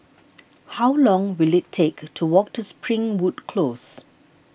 how long will it take to walk to Springwood Close